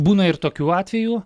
būna ir tokių atvejų